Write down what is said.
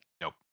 Nope